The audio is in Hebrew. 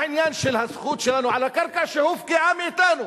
העניין של הזכות שלנו על הקרקע שהופקעה מאתנו